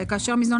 את לא רוצה קודם